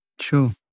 Sure